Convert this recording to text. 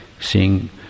seeing